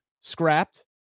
scrapped